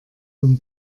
zum